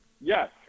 Yes